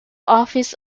office